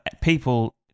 people